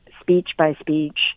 speech-by-speech